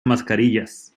mascarillas